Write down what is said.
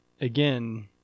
again